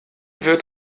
wird